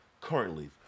currently